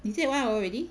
is it one hour already